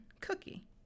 Cookie